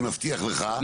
אני מבטיח לך,